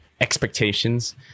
expectations